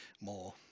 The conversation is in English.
more